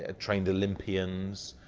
ah trained olympians.